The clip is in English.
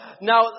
Now